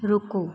ਰੁਕੋ